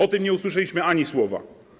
O tym nie usłyszeliśmy ani słowa.